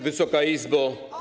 Wysoka Izbo!